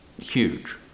huge